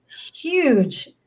huge